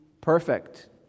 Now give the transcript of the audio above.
perfect